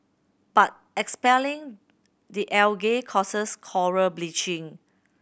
but expelling the algae causes coral bleaching